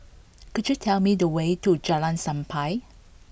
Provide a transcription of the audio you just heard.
could you tell me the way to Jalan Sappan